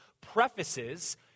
prefaces